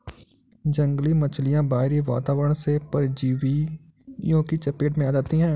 जंगली मछलियाँ बाहरी वातावरण से परजीवियों की चपेट में आ जाती हैं